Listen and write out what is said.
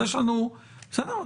בסדר,